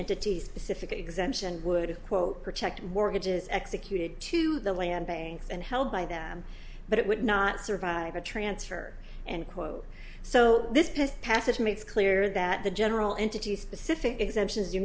entities pacific exemption would quote protect mortgages executed to the land banks and held by them but it would not survive a transfer and quote so this passage makes clear that the general entity specific exemptions